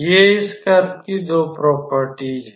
ये इस कर्व की 2 प्रॉपर्टीज हैं